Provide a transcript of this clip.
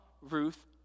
Ruth